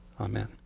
amen